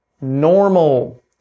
Normal